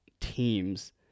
teams